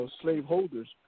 slaveholders